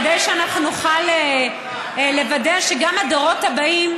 כדי שנוכל לוודא שגם הדורות הבאים,